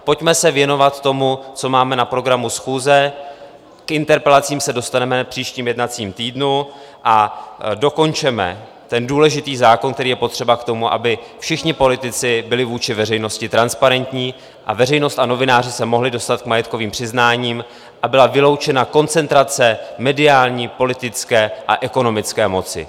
Pojďme se věnovat tomu, co máme na programu schůze, k interpelacím se dostaneme v příštím jednacím týdnu, a dokončeme ten důležitý zákon, který je potřeba k tomu, aby všichni politici byli vůči veřejnosti transparentní a veřejnost a novináři se mohli dostat k majetkovým přiznáním a byla vyloučena koncentrace mediální, politické a ekonomické moci.